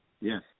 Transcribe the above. Yes